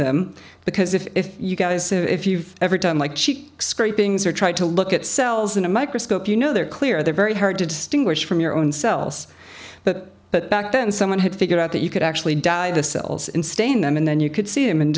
them because if you guys if you've ever done like cheat scrapings or try to look at cells in a microscope you know they're clear they're very hard to distinguish from your own cells but but back then someone had figured out that you could actually die the cells in stain them and then you could see them and